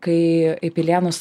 kai į pilėnus